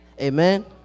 Amen